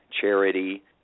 charity